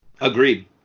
Agreed